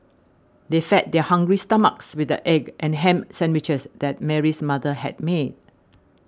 they fed their hungry stomachs with the egg and ham sandwiches that Mary's mother had made